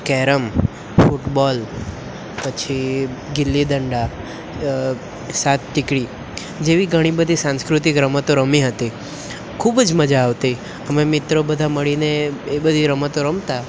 carrom football પછી ગીલ્લી દંડા સાત તિકડી જેવી ઘણી બધી સાંસ્કૃતિક રમતો રમી હતી ખૂબ જ મજા આવતી અમે મિત્રો બધા મળીને એ બધી રમતો રમતા